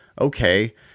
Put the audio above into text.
Okay